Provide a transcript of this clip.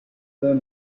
were